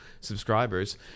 subscribers